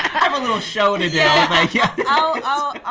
have a little show to do. like yeah you know